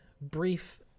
brief